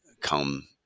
come